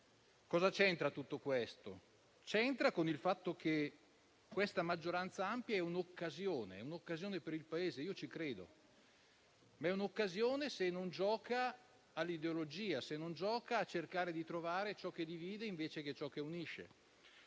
Cosa c'entra tutto questo? C'entra con il fatto che questa maggioranza ampia è un'occasione per il Paese - io ci credo - ma a condizione che non giochi all'ideologia e a cercare di trovare ciò che divide invece che ciò che unisce,